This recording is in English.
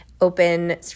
open